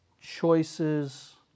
choices